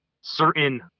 certain